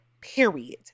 period